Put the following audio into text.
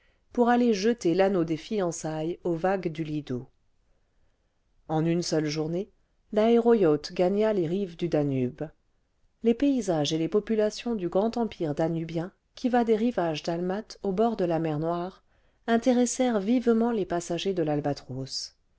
pour aller jeter l'anneau des fiançailles aux vagues du lido en une seule journée laéro yacht gagna les rives du danube les paysages et les populations du grand empire danubien qui va des rivages dalmates aux bords de la mer noire intéressèrent vivement les passagers de